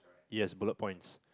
yes bullet points